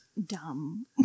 Dumb